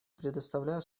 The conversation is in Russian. предоставляю